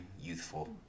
youthful